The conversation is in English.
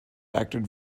acted